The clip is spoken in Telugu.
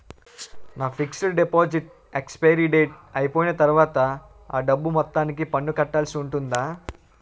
నా ఫిక్సడ్ డెపోసిట్ ఎక్సపైరి డేట్ అయిపోయిన తర్వాత అ డబ్బు మొత్తానికి పన్ను కట్టాల్సి ఉంటుందా?